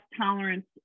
tolerance